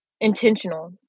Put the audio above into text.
intentional